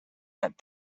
that